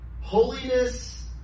Holiness